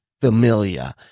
Familia